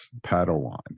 Padawan